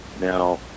Now